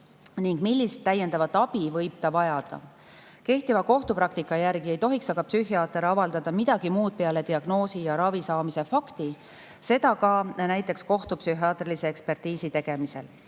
ning millist täiendavat abi võib ta vajada. Kehtiva kohtupraktika järgi ei tohiks aga psühhiaater avaldada midagi muud peale diagnoosi ja ravi saamise fakti, seda ka näiteks kohtupsühhiaatrilise ekspertiisi tegemisel.